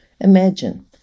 Imagine